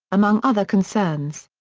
among other concerns.